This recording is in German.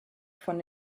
von